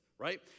Right